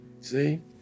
See